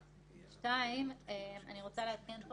מבטח,